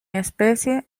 especie